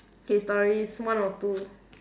K stories one or two